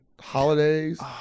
holidays